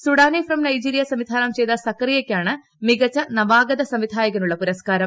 Sudani from Nigeria സംവിധാനം ചെയ്ത സക്കറിയക്കാണ് മികച്ച നവാഗത സംവിധായകനുള്ള പുരസ്കാരം